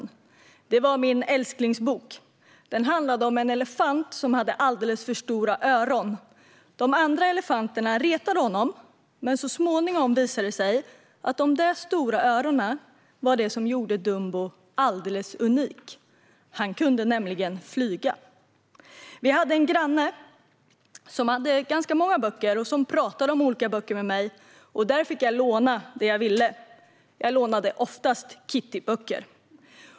Det var min älsklingsbok. Den handlade om en elefant som hade alldeles för stora öron. De andra elefanterna retade honom, men så småningom visade det sig att de där stora öronen var det som gjorde Dumbo alldeles unik. Han kunde nämligen flyga. Vi hade en granne som hade ganska många böcker och som pratade om böcker med mig. Där fick jag låna det jag ville. Jag lånade oftast Kittyböcker.